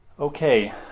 Okay